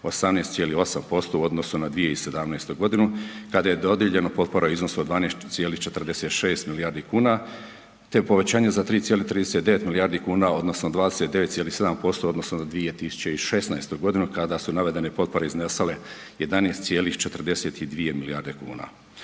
18,8% u odnosu na 2017. godinu kada je dodijeljeno potpora u iznosu od 12,46 milijardi kuna te povećanje za 3,39 milijardi kuna odnosno 29,7% u odnosu na 2016. godinu kada su navedene potpore iznosile 11,42 milijarde kuna.